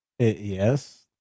Yes